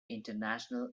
international